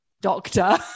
doctor